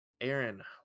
Aaron